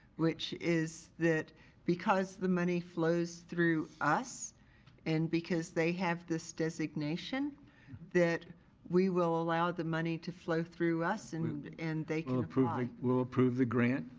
which is that because the money flows through us and because they have this designation that we will allow the money to flow through us and and they can apply. we'll approve the grant